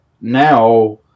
now